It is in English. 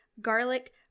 Garlic